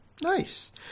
Nice